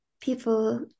people